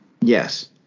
Yes